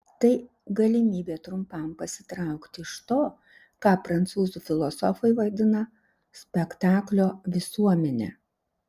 tai galimybė trumpam pasitraukti iš to ką prancūzų filosofai vadina spektaklio visuomene